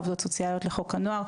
עובדות סוציאליות לחוק הנוער,